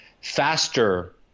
faster